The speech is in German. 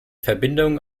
verbindung